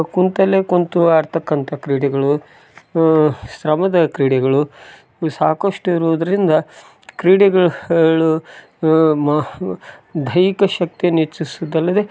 ಕೂತಲ್ಲೆ ಕೂತು ಆಡತಕ್ಕಂತ ಕ್ರೀಡೆಗಳು ಶ್ರಮದ ಕ್ರೀಡೆಗಳು ಸಾಕಷ್ಟು ಇರೋದರಿಂದ ಕ್ರೀಡೆಗಳು ಳು ದೈಹಿಕ ಶಕ್ತಿಯನ್ನು ಹೆಚ್ಚಿಸುದ್ ಅಲ್ಲದೆ